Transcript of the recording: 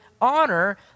honor